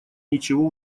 ничего